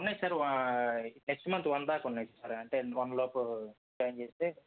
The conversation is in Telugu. ఉన్నాయి సార్ వా నెక్స్ట్ మంత్ వన్ దాకా ఉన్నాయి సర్ వన్ లోపు జాయిన్ చెస్తే